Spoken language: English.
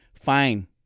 Fine